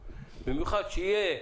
אחרת לשם מה ניתן הרישיון.